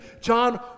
John